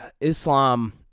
Islam